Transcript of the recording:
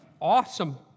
awesome